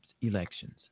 elections